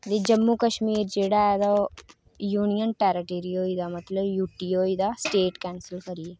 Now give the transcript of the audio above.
ते जम्मू कश्मीर जेह्ड़ा एह् तां ओह् यूनियन टैरीटरीज़ होई दा मतलब यूटी होई दा स्टेट कैंसल करी